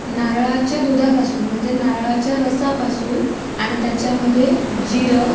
नारळाच्या दुधापासून म्हणजे नारळाच्या रसापासून आणि त्याच्यामध्ये जिरं